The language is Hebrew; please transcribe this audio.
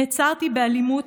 נעצרתי באלימות,